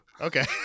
Okay